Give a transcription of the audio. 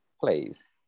Please